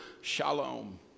shalom